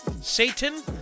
Satan